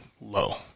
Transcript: low